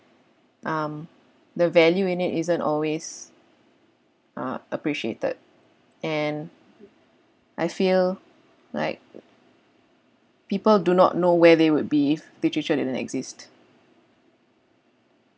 um the value in it isn't always uh appreciated and I feel like people do not know where they would be if literature didn't exist